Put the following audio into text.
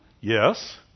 Yes